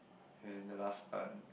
and the last part